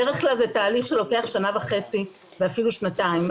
בדרך כלל זה תהליך שלוקח שנה וחצי ואפילו שנתיים.